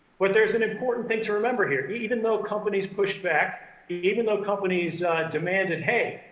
but there's an important thing to remember here even though companies pushed back, even though companies demanded, hey,